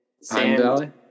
sand